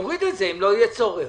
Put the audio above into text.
אם לא יהיה צורך.